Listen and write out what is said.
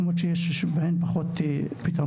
למרות שאמרתי שאנחנו כן דורשים עוד תוספת של כמה כיתות בשל